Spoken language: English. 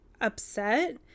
upset